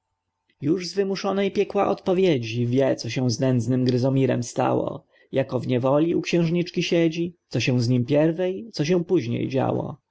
już z wymuszonej piekła odpowiedzi wie co się z nędznym gryzomirem stało jako w niewoli u xiężniczki siedzi co się z nim pierwej co się potem działo